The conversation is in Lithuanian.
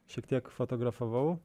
šiek tiek fotografavau